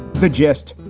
the gist,